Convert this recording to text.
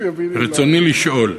ברצוני לשאול: